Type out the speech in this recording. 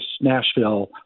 Nashville